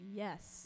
Yes